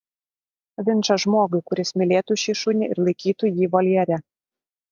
vinčą žmogui kuris mylėtų šį šunį ir laikytų jį voljere